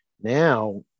Now